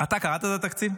אתה קראת את התקציב?